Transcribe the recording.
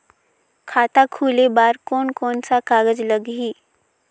खाता खुले बार कोन कोन सा कागज़ लगही?